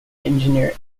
engineer